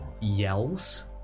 yells